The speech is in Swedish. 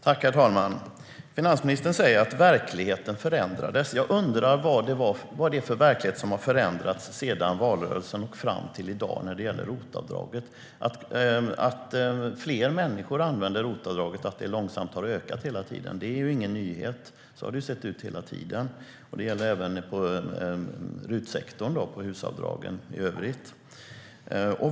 Herr talman! Finansministern säger att verkligheten förändrades. Jag undrar vad det är för verklighet som har förändrats sedan valrörelsen fram till i dag när det gäller ROT-avdraget. Fler människor använder ROT-avdraget, och det har långsamt ökat hela tiden. Det är ingen nyhet; så har det sett ut hela tiden. Det gäller även RUT-sektorn och HUS-avdragen i övrigt.